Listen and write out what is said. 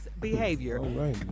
behavior